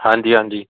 ਹਾਂਜੀ ਹਾਂਜੀ